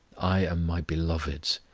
i am my beloved's,